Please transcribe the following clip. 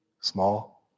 small